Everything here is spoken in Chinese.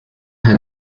海滩